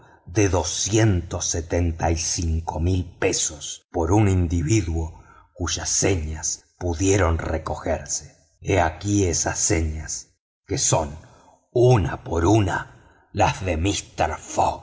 de cincuenta y cinco mil libras por un individuo cuyas señas pudieron recogerse he aquí esas señas que son una por una las